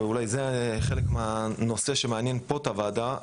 ואולי זה הנושא שמעניין את הוועדה,